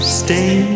stay